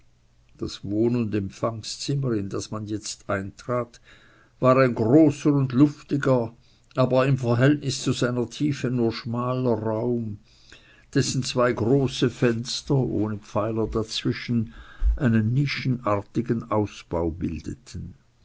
das wohn und empfangszimmer in das man jetzt eintrat war ein großer und luftiger aber im verhältnis zu seiner tiefe nur schmaler raum dessen zwei große fenster ohne pfeiler dazwischen einen nischenartigen ausbau bildeten